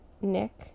nick